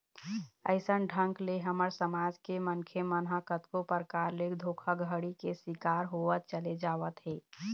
अइसन ढंग ले हमर समाज के मनखे मन ह कतको परकार ले धोखाघड़ी के शिकार होवत चले जावत हे